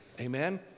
Amen